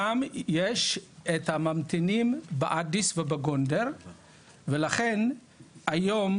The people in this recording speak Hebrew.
גם יש את הממתינים באדיס ובגונדר ולכן היום